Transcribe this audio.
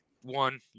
one